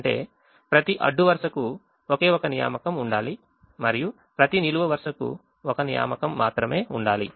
అంటే ప్రతి అడ్డు వరుసకు ఒకే ఒక నియామకం ఉండాలి మరియు ప్రతి నిలువు వరుసకు ఒక నియామకం మాత్రమే ఉండాలి